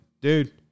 dude